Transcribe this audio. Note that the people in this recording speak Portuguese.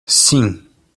sim